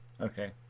Okay